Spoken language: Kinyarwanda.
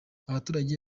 abaturage